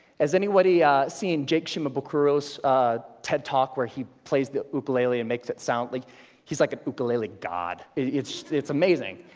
has anybody seen jake shimabukuro's tedtalk where he plays the ukulele and makes it sound like he's like a ukulele god. it's it's amazing.